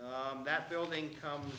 it that building come